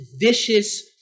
vicious